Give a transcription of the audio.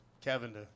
Kevin